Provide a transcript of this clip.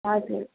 हजुर